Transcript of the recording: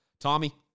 Tommy